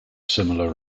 similar